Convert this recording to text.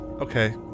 Okay